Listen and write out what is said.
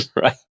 right